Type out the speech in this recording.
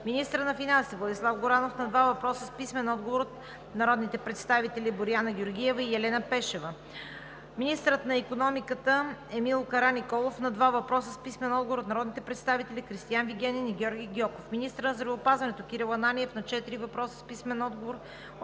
министърът на финансите Владислав Горанов – на два въпроса с писмен отговор от народните представители Боряна Георгиева; и Елена Пешева; - министърът на икономиката Емил Караниколов – на два въпроса с писмен отговор от народните представители Кристиан Вигенин; и Георги Гьоков; - министърът на здравеопазването Кирил Ананиев – на четири въпроса с писмен отговор от народните представители Елена Пешева; Христо